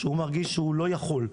שהוא מרגיש שהוא לא יכול,